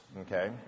okay